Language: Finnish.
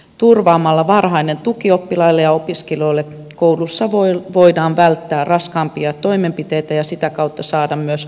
turvaamalla varhaisen tuen oppilaille ja opiskelijoille kouluissa voidaan välttää raskaampia toimenpiteitä ja sitä kautta saada myös kustannussäästöä